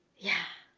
yeah.